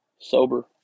sober